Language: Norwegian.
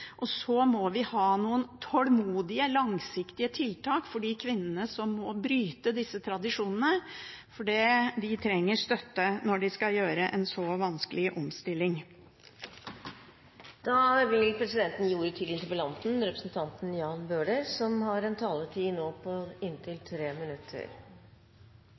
dem. Så må vi ha noen tålmodige, langsiktige tiltak for de kvinnene som må bryte disse tradisjonene, for de trenger støtte når de skal gjøre en så vanskelig omstilling. Jeg vil takke for gode innlegg fra både representanten Stein Mathisen og representanten Karin Andersen, som